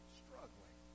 struggling